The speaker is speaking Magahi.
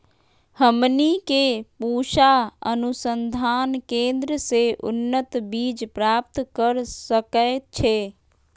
हमनी के पूसा अनुसंधान केंद्र से उन्नत बीज प्राप्त कर सकैछे?